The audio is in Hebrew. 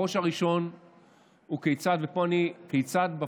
הראש הראשון הוא כיצד בפועל,